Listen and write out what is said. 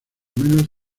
menos